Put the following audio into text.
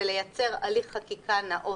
ולייצר הליך חקיקה נאות.